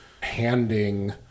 handing